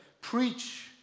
preach